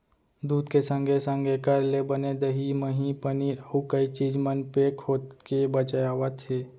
दूद के संगे संग एकर ले बने दही, मही, पनीर, अउ कई चीज मन पेक होके बेचावत हें